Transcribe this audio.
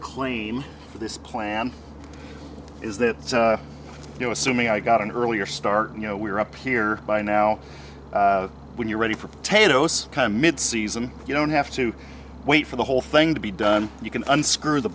for this plant is that you know assuming i got an earlier start you know we're up here by now when you're ready for potatoes come mid season you don't have to wait for the whole thing to be done you can unscrew the